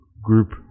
group